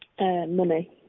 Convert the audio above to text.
Money